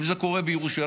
אם זה קורה בירושלים,